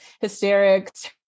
hysterics